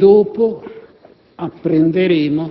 stato portato all'ospedale. In seguito, apprenderemo